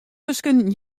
tusken